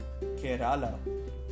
Kerala